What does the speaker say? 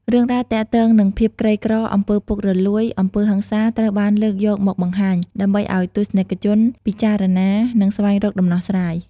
រឿងរ៉ាវទាក់ទងនឹងភាពក្រីក្រ អំពើពុករលួយ អំពើហិង្សា ត្រូវបានលើកយកមកបង្ហាញ ដើម្បីឱ្យទស្សនិកជនពិចារណា និងស្វែងរកដំណោះស្រាយ ។